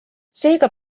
seega